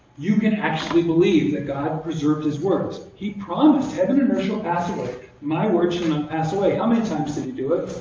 you can actually believe that god preserved his words. he promised heaven and earth shall pass away, but my words and and pass away. how many times did he do it?